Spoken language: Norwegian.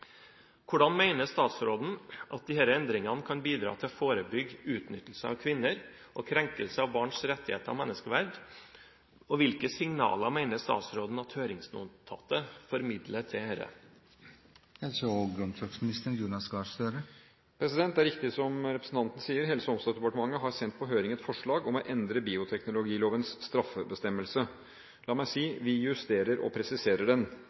Hvordan mener statsråden at disse endringene kan bidra til å forebygge utnyttelse av kvinner og krenkelse av barns rettigheter og menneskeverd, og hvilke signaler mener statsråden at høringsnotatet formidler til dette?» Det er riktig som representanten sier: Helse- og omsorgsdepartementet har sendt på høring et forslag om å endre bioteknologilovens straffebestemmelse. La meg si at vi justerer og presiserer den,